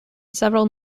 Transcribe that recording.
several